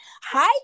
hi